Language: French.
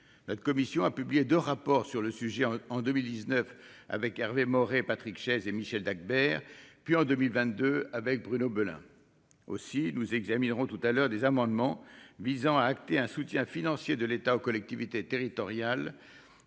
la Commission a publié 2 rapports sur le sujet en 2019 avec Hervé Morin, Patrick Chaize et Michel Dagbert, puis en 2022 avec Bruno Belin aussi nous examinerons tout à l'heure des amendements visant à acter un soutien financier de l'État aux collectivités territoriales,